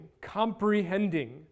comprehending